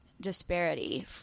disparity